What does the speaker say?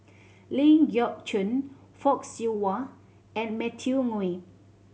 Ling Geok Choon Fock Siew Wah and Matthew Ngui